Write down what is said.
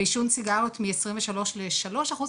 ועישון סיגריות מעשרים ושלושה לשלושה אחוז.